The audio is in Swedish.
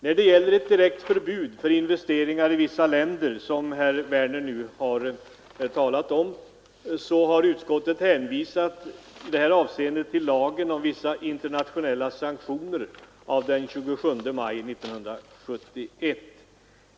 När det gäller ett direkt förbud mot investeringar i vissa länder, som herr Werner i Tyresö har talat om, har utskottet hänvisat till lagen om vissa internationella sanktioner av den 27 maj 1971.